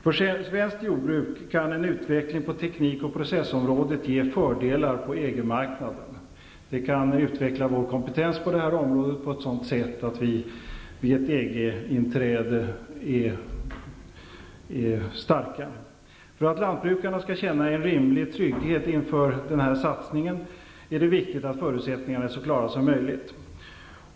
För svenskt jordbruk kan en utveckling på teknik och processområdet ge fördelar på EG-marknaden. Det kan utveckla vår kompetens på det här området på ett sådant sätt att vi är starka vid ett För att lantbrukarna skall känna en rimlig trygghet inför den här satsningen är det viktigt att förutsättningarna är så klara som möjligt.